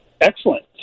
Excellent